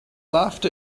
laughed